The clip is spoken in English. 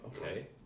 okay